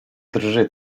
drży